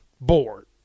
Bored